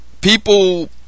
People